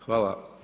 Hvala.